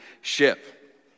ship